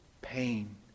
pain